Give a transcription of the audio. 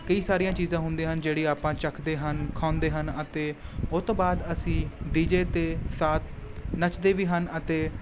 ਕਈ ਸਾਰੀਆਂ ਚੀਜ਼ਾਂ ਹੁੰਦੀਆਂ ਹਨ ਜਿਹੜੀਆਂ ਆਪਾਂ ਚੱਖਦੇ ਹਨ ਖਾਂਦੇ ਹਨ ਅਤੇ ਉਹ ਤੋਂ ਬਾਅਦ ਅਸੀਂ ਡੀਜੇ 'ਤੇ ਸਾਥ ਨੱਚਦੇ ਵੀ ਹਨ ਅਤੇ